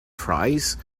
fries